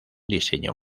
diseño